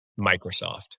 Microsoft